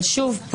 אבל שוב,